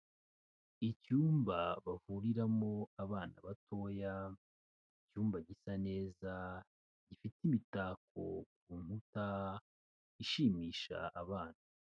Icyumba bavuriramo abana batoya, icyumba gisa neza gifite imitako ku nkuta ishimisha abana.